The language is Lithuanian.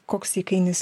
koks įkainis